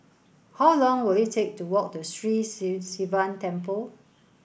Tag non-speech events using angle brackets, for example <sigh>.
how long will it take to walk to Sri <unintelligible> Sivan Temple